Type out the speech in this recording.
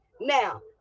Now